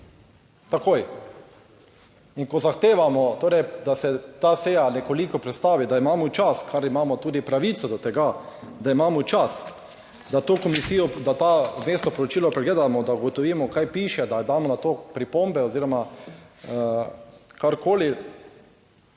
Takoj in, ko zahtevamo torej, da se ta seja nekoliko prestavi, da imamo čas, kar imamo tudi pravico do tega, da imamo čas, da to komisijo, da to vmesno poročilo pregledamo, da ugotovimo kaj piše, da damo na to pripombe oziroma karkoli,